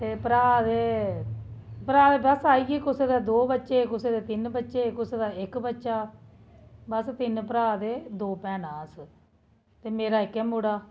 ते भ्राऽ ते भ्राऽ आइयै बस कुसै दे दो बच्चे कुसै दे तिन्न बच्चे कुसै दा इक बच्चा बस तिन्न भ्राऽ ते दो भैनां अस ते मेरा इक्कै मुड़ा